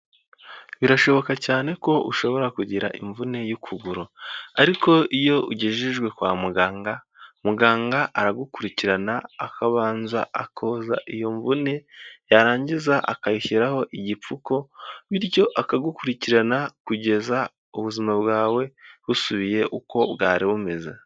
Birashoboka cyane ko ushobora kugira imvune y'ukuguru, ariko iyo ugejejwe kwa muganga muganga aragukurikirana akabanza akoza iyo mvune, yarangiza akayishyiraho igipfuko, bityo akagukurikirana kugeza ubuzima bwawe busubiye uko bwari bumeze.